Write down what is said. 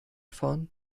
fahren